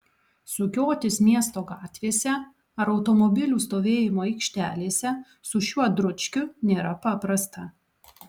sukiotis miesto gatvėse ar automobilių stovėjimo aikštelėse su šiuo dručkiu nėra paprasta